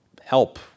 help